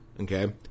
okay